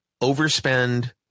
overspend